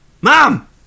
Mom